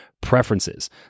preferences